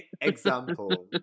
example